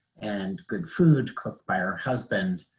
and good food cooked by her husband,